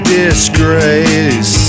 disgrace